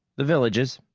the villages.